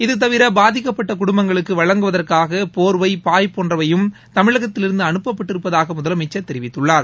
இதுதவிர பாதிக்கப்பட்ட குடும்பங்களுக்கு வழங்குவதற்காக போர்வை பாய் போன்றவையும் தமிழகத்தில் இருந்து அனுப்பப்பட்டிருப்பதாக முதலமைச்சர் தெரிவித்துள்ளார்